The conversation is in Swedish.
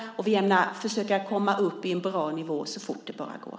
Vi ämnar försöka komma upp i en bra nivå så fort det bara går.